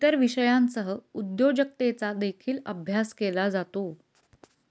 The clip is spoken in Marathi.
इतर विषयांसह उद्योजकतेचा देखील अभ्यास केला जातो